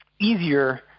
easier